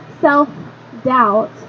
self-doubt